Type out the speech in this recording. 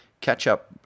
catch-up